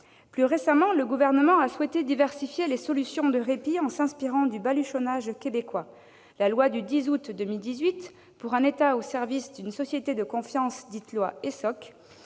Plus récemment, le Gouvernement a souhaité diversifier les solutions de répit en s'inspirant du « baluchonnage » québécois : la loi du 10 août 2018 pour un État au service d'une société de confiance, dite loi ESSOC,